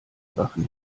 sachen